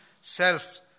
self